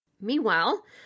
Meanwhile